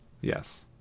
Yes